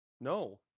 No